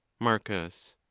marcus.